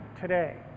today